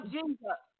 Jesus